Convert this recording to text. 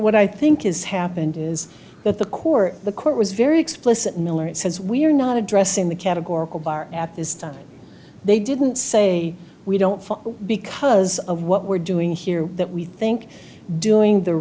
what i think is happened is that the court the court was very explicit miller it says we're not addressing the categorical bar at this time they didn't say we don't feel because of what we're doing here that we think doing the